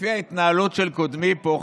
לפי ההתנהלות של קודמי פה,